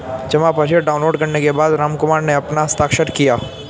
जमा पर्ची डाउनलोड करने के बाद रामकुमार ने अपना हस्ताक्षर किया